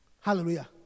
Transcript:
Hallelujah